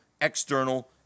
external